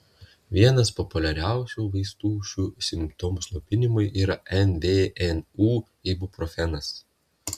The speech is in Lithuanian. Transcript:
vienas populiariausių vaistų šių simptomų slopinimui yra nvnu ibuprofenas